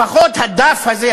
לפחות הדף הזה,